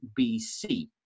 BC